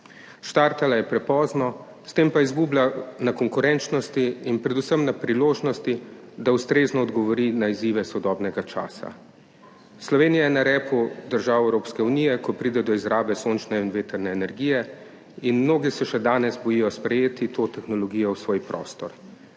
Startala je prepozno, s tem pa izgublja na konkurenčnosti in predvsem na priložnosti, da ustrezno odgovori na izzive sodobnega časa. Slovenija je na repu držav Evropske unije, ko pride do izrabe sončne in vetrne energije, in mnogi se še danes bojijo sprejeti to tehnologijo v svoj prostor,